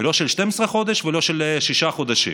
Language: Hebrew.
לא של 12 חודש ולא של שישה חודשים.